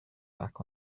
back